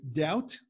doubt